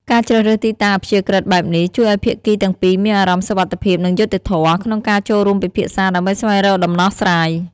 ការជ្រើសរើសទីតាំងអព្យាក្រឹតបែបនេះ ជួយឲ្យភាគីទាំងពីរមានអារម្មណ៍សុវត្ថិភាព និងយុត្តិធម៌ ក្នុងការចូលរួមពិភាក្សាដើម្បីស្វែងរកដំណោះស្រាយ។